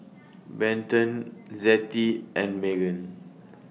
Benton Zettie and Meghan